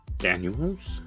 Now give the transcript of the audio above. Daniels